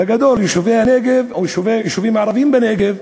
בגדול יישובי הנגב, או יישובים ערביים בנגב,